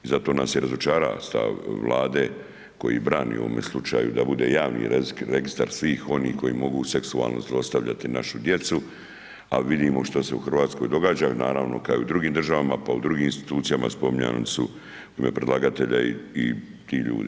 I zato nas je razočara stav Vlade koji brani u ovome slučaju da bude javni registar svih onih koji mogu seksualno zlostavljati našu djecu, a vidimo šta se u Hrvatskoj događa, naravno ka i u drugim državama, pa u drugim institucijama, spominjani su u ime predlagatelja i ti ljudi.